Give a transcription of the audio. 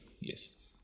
Yes